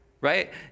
right